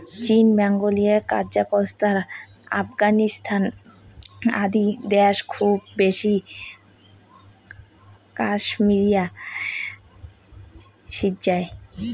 চীন, Mongolia, Kazakhstan, Afghanistan আদি দ্যাশ খুব বেশি ক্যাশমেয়ার সিজ্জায়